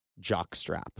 jockstrap